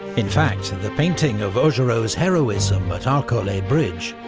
in fact, the painting of augereau's heroism at arcole bridge,